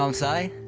um say?